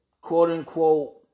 Quote-unquote